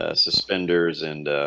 ah suspenders and